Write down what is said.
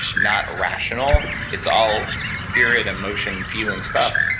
not rational. it's all spirit, emotion feeling stuff.